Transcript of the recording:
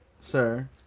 Sir